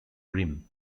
rim